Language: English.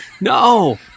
No